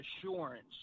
assurance